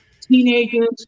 teenagers